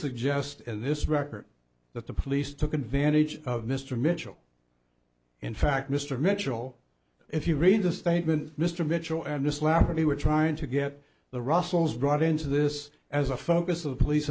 suggest and this record that the police took advantage of mr mitchell in fact mr mitchell if you read the statement mr mitchell and just laughed at me we're trying to get the russells brought into this as a focus of police